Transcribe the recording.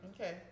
Okay